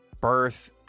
Birth